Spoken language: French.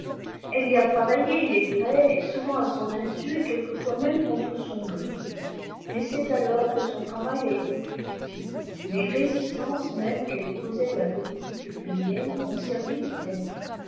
elh y a travaillé il est vrai souvent à son insu et quelquefois môme contre son gré mais c'est alors que son travail a été plus utile les résistances mêmes qu'elle opposait à la politique italienne ont servi l'italie